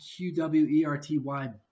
qwerty